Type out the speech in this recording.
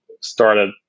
started